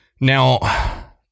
Now